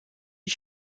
die